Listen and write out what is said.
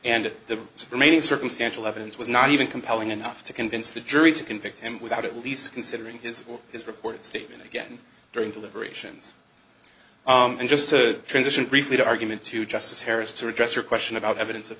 and the remaining circumstantial evidence was not even compelling enough to convince the jury to convict him without at least considering his or his reported statement again during deliberations and just to transition briefly the argument to justice harris to address your question about evidence of